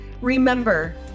Remember